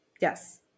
Yes